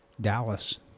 Dallas